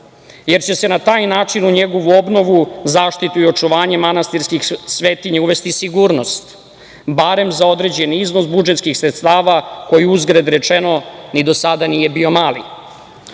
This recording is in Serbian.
jer će se na taj način u njegovu obnovu, zaštitu i očuvanje manastirskih svetinja uvesti sigurnost, barem za određen iznos budžetskih sredstava, koji uzgred budi rečeno, ni do sada nije bio mali. Ovaj